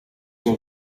ubu